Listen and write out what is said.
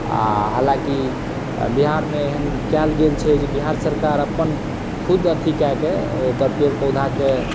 आ हालाँकि बिहारमे एहन कएल गेल छै जे बिहार सरकार अपन खूब अथी कए कऽ ओकर पेड़ पौधाके